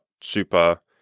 super